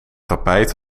tapijt